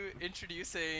introducing